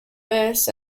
bass